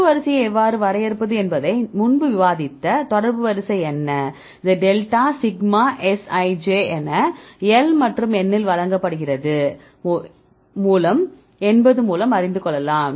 தொடர்பு வரிசையை எவ்வாறு வரையறுப்பது என்பதை முன்பு விவாதித்த தொடர்பு வரிசை என்ன இது டெல்டா சிக்மா Sij என L மற்றும் n வழங்கப்படுகிறது என்பது மூலம் அறிந்து கொள்ளலாம்